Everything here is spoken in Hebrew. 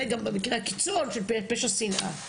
זה גם במקרה הקיצוני של פשע שנאה.